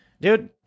dude